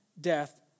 death